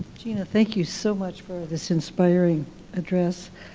gina, thank you so much for this inspiring address.